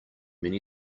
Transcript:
many